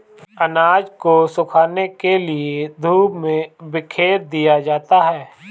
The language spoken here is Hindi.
अनाज को सुखाने के लिए धूप में बिखेर दिया जाता है